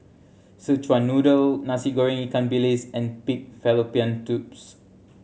Szechuan Noodle Nasi Goreng ikan bilis and pig fallopian tubes